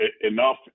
enough